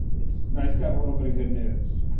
it's nice to have a little bit of good news.